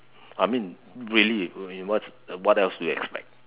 I mean really in what what else do you expect